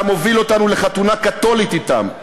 אתה מוביל אותנו לחתונה קתולית אתם,